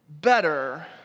better